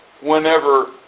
whenever